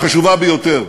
החשובה ביותר,